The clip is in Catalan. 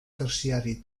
terciari